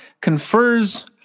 confers